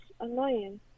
annoying